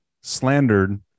slandered